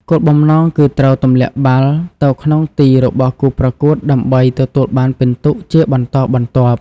គោលបំណងគឺត្រូវទម្លាក់បាល់ទៅក្នុងទីរបស់គូប្រកួតដើម្បីទទួលបានពិន្ទុជាបន្តបន្ទាប់។